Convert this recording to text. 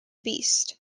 beast